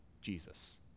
Jesus